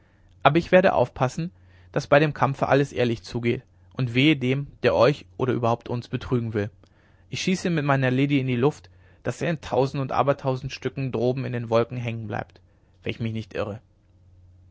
aber ich werde aufpassen daß bei dem kampfe alles ehrlich zugeht und wehe dem der euch oder überhaupt uns betrügen will ich schieße ihn mit meiner liddy in die luft daß er in tausend und abertausend stücken droben in den wolken hängen bleibt wenn ich mich nicht irre